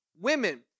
women